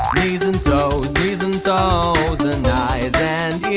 knees and toes, knees and toes and eyes and